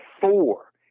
four